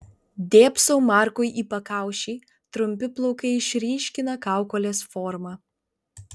dėbsau markui į pakaušį trumpi plaukai išryškina kaukolės formą